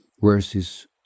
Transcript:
verses